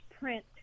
print